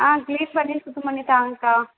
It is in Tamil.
ஆ க்ளீன் பண்ணி சுத்தம் பண்ணி தாங்க்கா